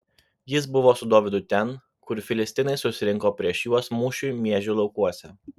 jis buvo su dovydu ten kur filistinai susirinko prieš juos mūšiui miežių laukuose